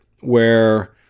where-